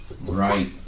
Right